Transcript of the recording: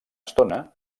estona